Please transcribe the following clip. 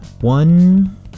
one